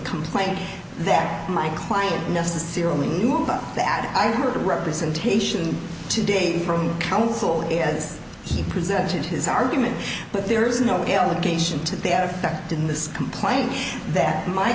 complaint that my client necessarily knew about the ad i am sure the representation to date from counsel is he presented his argument but there is no allegation to their effect in this complaint that my